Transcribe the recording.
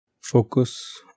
focus